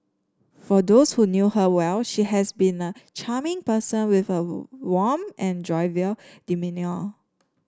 for those who knew her well she has been a charming person with a warm and jovial demeanour